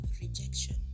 rejection